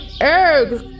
eggs